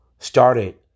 started